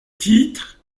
titre